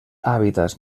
hàbitats